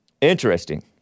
Interesting